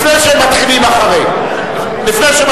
לפני שמתחילים "אחרי".